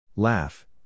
Laugh